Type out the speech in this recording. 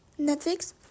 Netflix